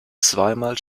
zweimal